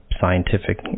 scientific